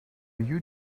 you